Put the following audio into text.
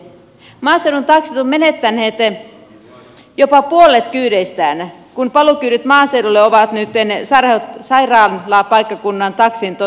maaseudun taksit ovat menettäneet jopa puolet kyydeistään kun paluukyydit maaseudulle ovat nyt sairaalapaikkakunnan taksin toteutettavissa